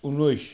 ঊনৈছ